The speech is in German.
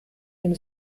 dem